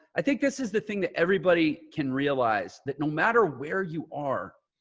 i think this is the thing that everybody can realize that no matter where you are,